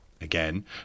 again